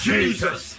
Jesus